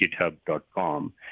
github.com